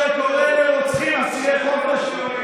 ווליד טאהא, שקורא לרוצחים "אסירי חופש".